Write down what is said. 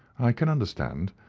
i can understand.